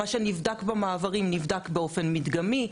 מה שנבדק במעברים נבדק באופן מדגמי.